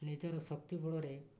ନିଜର ଶକ୍ତି ବଳରେ